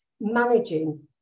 managing